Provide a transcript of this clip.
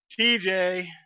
TJ